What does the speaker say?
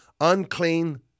unclean